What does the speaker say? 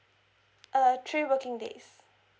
uh three working days